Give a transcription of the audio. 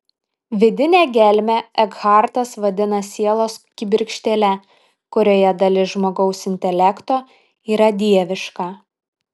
vidinę gelmę ekhartas vadina sielos kibirkštėle kurioje dalis žmogaus intelekto yra dieviška